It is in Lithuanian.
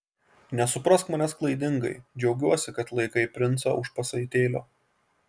nesuprask manęs klaidingai džiaugiuosi kad laikai princą už pasaitėlio